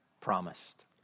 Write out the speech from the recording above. promised